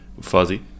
Fuzzy